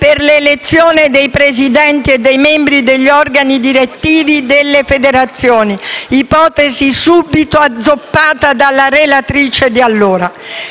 per l'elezione dei presidenti e dei membri degli organi direttivi delle federazioni; ipotesi subito azzoppata dalla relatrice di allora,